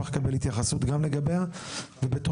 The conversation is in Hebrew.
לקבל איזו שהיא התייחסות לגביה ובתוכה,